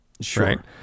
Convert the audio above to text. Sure